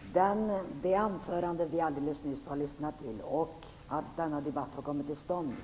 Fru talman! Det anförande vi alldeles nyss har lyssnat till och det faktum att denna debatt har kommit till stånd